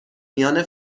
میان